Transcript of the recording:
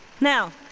Now